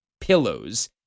pillows